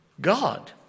God